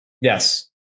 Yes